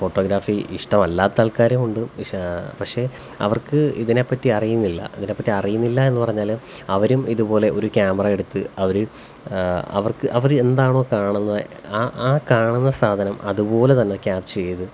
photography ഇഷ്ടമല്ലാത്ത ആൾക്കാരും ഉണ്ട് പക്ഷെ അവര്ക്ക് ഇതിനെപ്പറ്റി അറിയുന്നില്ല ഇതിനെപ്പറ്റി അറിയുന്നില്ല എന്ന് പറഞ്ഞാല് അവരും ഇതുപോലെ ഒരു ക്യാമറ എടുത്ത് അവര് അവര്ക്ക് അവരെന്താണോ കാണുന്നത് ആ ആ കാണുന്ന സാധനം അതുപോലെതന്നെ ക്യാപ്ചർ ചെയ്ത്